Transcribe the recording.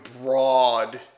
broad